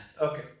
Okay